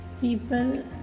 people